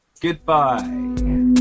Goodbye